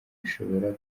bishobora